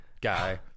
guy